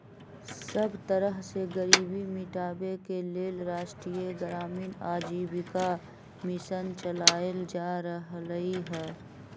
सब तरह से गरीबी मिटाबे के लेल राष्ट्रीय ग्रामीण आजीविका मिशन चलाएल जा रहलई ह